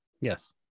yes